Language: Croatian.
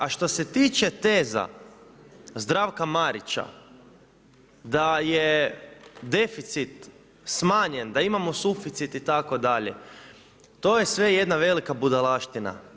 A što se tiče teza Zdravka Marića, da je deficit smanjen, da imamo suficit itd. to je sve jedna velika budalaština.